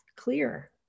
clear